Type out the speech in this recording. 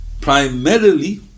primarily